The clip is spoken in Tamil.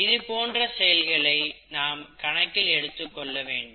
இதுபோன்ற செயல்களை நாம் கணக்கில் எடுத்துக் கொள்ள வேண்டும்